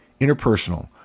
interpersonal